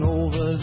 over